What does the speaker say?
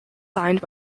signed